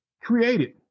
created